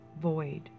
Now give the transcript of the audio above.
void